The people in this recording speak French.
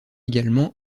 également